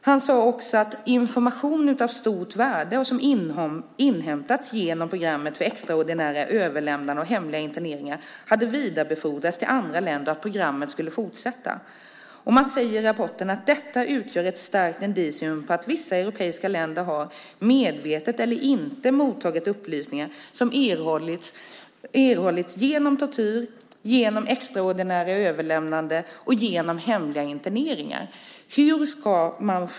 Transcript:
Han sade också att information av stort värde, som inhämtats genom programmet för extraordinära överlämnanden och hemliga interneringar, hade vidarebefordrats till andra länder och att programmet skulle fortsätta. Man säger i rapporten: Detta utgör ett starkt indicium för att vissa europeiska länder har, medvetet eller inte, mottagit upplysningar som erhållits genom tortyr, genom extraordinära överlämnanden och genom hemliga interneringar.